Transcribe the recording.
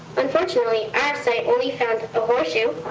unfortunately, our site only found a horseshoe